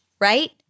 right